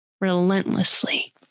relentlessly